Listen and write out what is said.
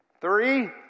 Three